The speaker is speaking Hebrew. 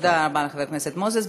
תודה רבה לחבר הכנסת מוזס.